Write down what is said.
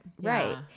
Right